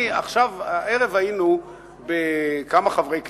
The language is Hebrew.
הערב היינו כמה חברי כנסת,